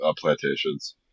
plantations